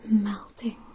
melting